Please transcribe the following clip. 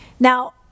Now